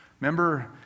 Remember